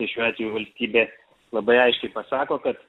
tai šiuo atveju valstybė labai aiškiai pasako kad